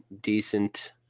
decent